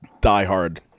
diehard